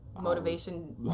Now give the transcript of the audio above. motivation